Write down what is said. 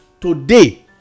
Today